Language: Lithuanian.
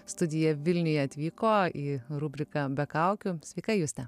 studiją vilniuje atvyko į rubriką be kaukių sveika juste